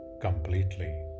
completely